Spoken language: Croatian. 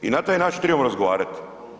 I na taj način trebamo razgovarati.